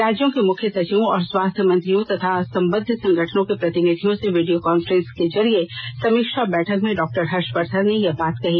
राज्यों के मुख्य सचिवों और स्वास्थ्य मंत्रियों तथा सम्बद्ध संगठनों के प्रतिनिधियों से वीडियो कांफ्रेंस के जरिये समीक्षा बैठक में डॉक्टर हर्षवर्धन ने यह बात कही